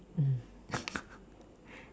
mm